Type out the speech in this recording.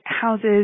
houses